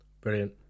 Brilliant